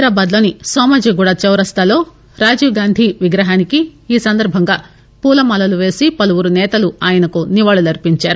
హైదరాబాద్ లోని నోమాజీగూడా చౌరస్తాలో రాజీప్ గాంధీ విగ్రహానికి ఈసందర్బంగా పూలమాలలు పేసి పలువురు సేతలు ఆయనకు నివాళి అర్పించారు